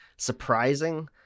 surprising